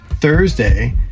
Thursday